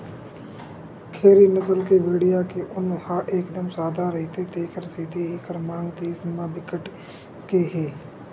खेरी नसल के भेड़िया के ऊन ह एकदम सादा रहिथे तेखर सेती एकर मांग देस म बिकट के हे